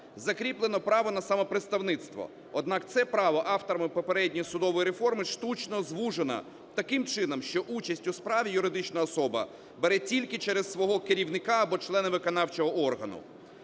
закріплено право на самопредставництво. Однак це право авторами попередньої судової реформи штучно звужено таким чином, що участь у справі юридична особа бере тільки через свого керівника або члена виконавчого органу.